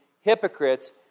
hypocrites